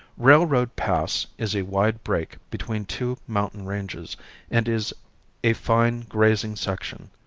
railroad pass is a wide break between two mountain ranges and is a fine grazing section.